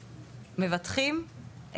מבטחים,